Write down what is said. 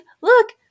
look